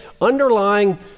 underlying